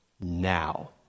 now